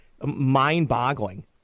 mind-boggling